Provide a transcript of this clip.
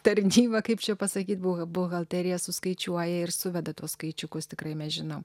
tarnyba kaip čia pasakyt buha buhalterija suskaičiuoja ir suveda tuos skaičiukus tikrai mes žinom